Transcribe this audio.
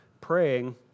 praying